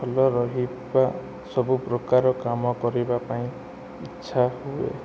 ଭଲରହିବା ସବୁ ପ୍ରକାର କାମ କରିବାପାଇଁ ଇଚ୍ଛା ହୁଏ